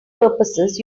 purposes